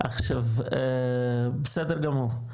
בסדר גמור.